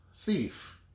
thief